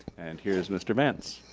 and here's mr. vance.